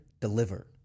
deliver